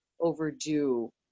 overdue